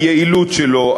היעילות שלו,